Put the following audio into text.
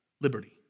liberty